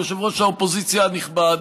יושב-ראש האופוזיציה הנכבד,